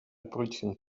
brötchen